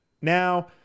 now